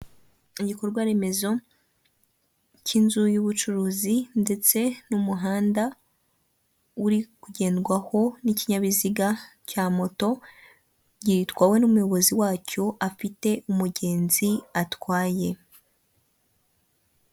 Igikorwaremezo k'inzu y'ubucuruzi ndetse n'umuhanda uri kugendwaho n'ikinyabiziga cya moto gitwawe n'umuyobozi wacyo afite umugenzi atwaye.